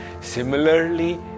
similarly